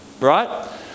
right